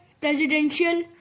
presidential